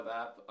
app